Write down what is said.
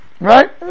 Right